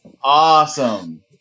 awesome